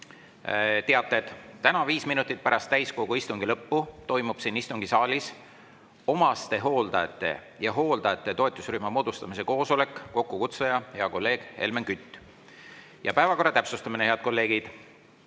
Teated. Täna viis minutit pärast täiskogu istungi lõppu toimub siin istungisaalis omastehooldajate ja hooldajate toetusrühma moodustamise koosolek, kokkukutsuja on hea kolleeg Helmen Kütt. Päevakorra täpsustamine, head kolleegid.